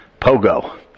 Pogo